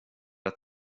att